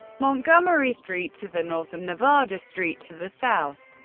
montgomery street to the north and nevada street to the south.